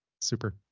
Super